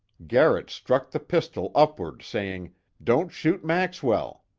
garrett struck the pistol upward, saying don't shoot maxwell!